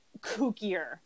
kookier